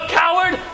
coward